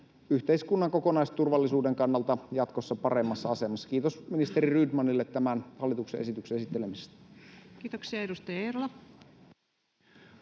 yhteiskunnan kokonaisturvallisuuden kannalta jatkossa paremmassa asemassa. — Kiitos ministeri Rydmanille tämän hallituksen esityksen esittelemisestä. [Speech 6] Speaker: